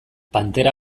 pantera